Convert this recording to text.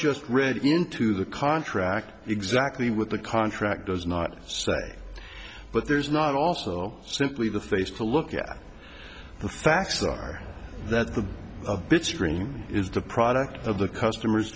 just read into the contract exactly what the contract does not say but there's not also simply the face to look at the facts are that the a bitstream is the product of the customer